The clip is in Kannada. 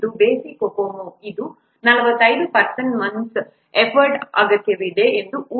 ಬೇಸಿಕ್ COCOMO ಇದು 45 ಪರ್ಸನ್ ಮೊಂತ್ಸ್ ಎಫರ್ಟ್ ಅಗತ್ಯವಿದೆ ಎಂದು ಊಹಿಸುತ್ತದೆ